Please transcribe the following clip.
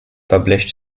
published